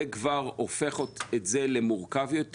זה כבר הופך את זה למורכב יותר.